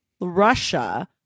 russia